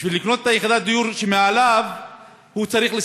בשביל לקנות את יחידת הדיור שמעליו,